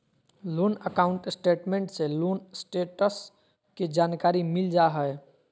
loan account statement से loan status के जानकारी मिल जा हय